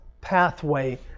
pathway